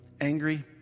angry